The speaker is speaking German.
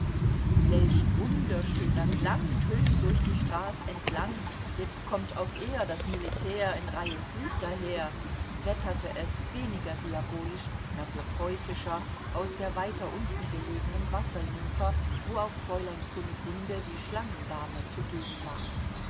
welch wunderschöner klang tönt durch die straß entlang jetzt kommt auf ehr das militär in reih und glied daher wetterte es weniger diabolisch dafür preußischer aus der weiter unten gelegenen wasserjungfer wo auch fräulein kunigunde die schlangendame zugegen war